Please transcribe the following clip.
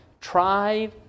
try